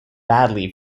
badly